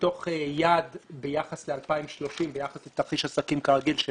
מתוך יעד ביחס ל-2030, ביחס לתרחיש עסקים כרגיל של